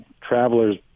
travelers